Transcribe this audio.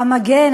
המגן,